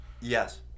Yes